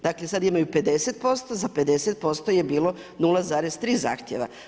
Dakle sad imaju 50% za 50% je bio 0,3 zahtjeva.